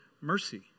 mercy